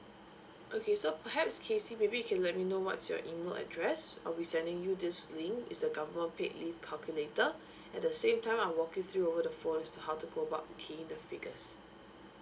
okay so perhaps kesy maybe you can let me know what's your email address I'll be sending you this link it's a government paid leave calculator at the same time I will walk you through over the phone as to how to go about to key in the figures